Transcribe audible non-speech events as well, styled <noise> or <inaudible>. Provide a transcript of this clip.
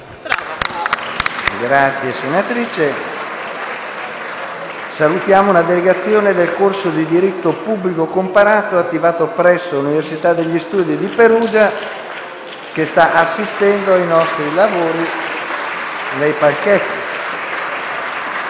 PRESIDENTE. Salutiamo una delegazione del corso di diritto pubblico comparato attivato presso l’Università degli studi di Perugia, che sta assistendo ai nostri lavori. <applause>